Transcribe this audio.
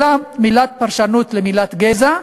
אלא מילת פרשנות למילה גזע,